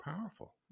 powerful